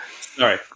Sorry